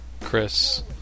chris